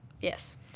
Yes